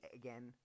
again